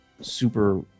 super